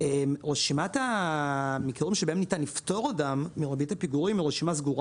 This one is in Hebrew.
רשימת המקרים בהם ניתן לפטור אותם מריבית הפיגורים היא רשימה סגורה.